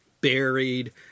buried